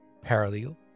parallel